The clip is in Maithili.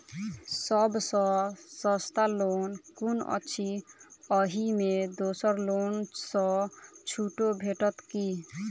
सब सँ सस्ता लोन कुन अछि अहि मे दोसर लोन सँ छुटो भेटत की?